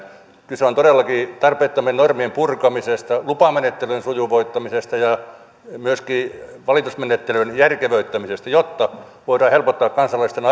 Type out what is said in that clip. kyse on todellakin tarpeettomien normien purkamisesta lupamenettelyjen sujuvoittamisesta ja myöskin valitusmenettelyn järkevöittämisestä jotta voidaan helpottaa kansalaisten